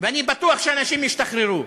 ואני בטוח שאנשים ישתחררו.